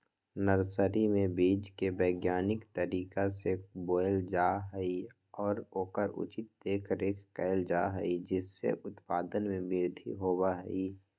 nursery में बीज के वैज्ञानिक तरीका से बोयल जा हई और ओकर उचित देखरेख कइल जा हई जिससे उत्पादन में वृद्धि होबा हई